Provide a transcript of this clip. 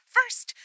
First